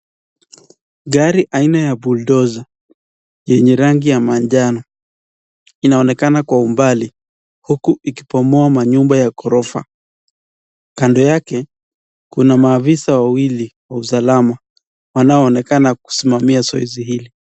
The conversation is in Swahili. Gari aina ya (cs) bulldozer(cs) ,yenye rangi ya majano, inaonekana kwa umbali, huku ikibomoa ma nyumba ya gorofa, kando yake kuna ofisaa wawili wa usalama wanao onekana kusimamia zoezi hili.